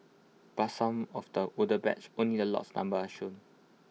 but some of the older batches only the lot numbers are shown